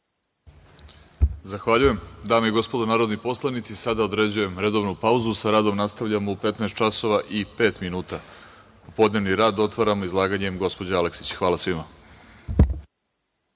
Zahvaljujem. Dame i gospodo narodni poslanici sada određujem redovnu pauzu. Sa radom nastavljamo u 15,05 časova. Popodnevni rad otvaramo izlaganjem gospođe Aleksić. Hvala svima.(Posle